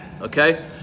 okay